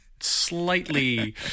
slightly